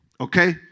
Okay